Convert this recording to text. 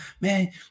man